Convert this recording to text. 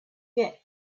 get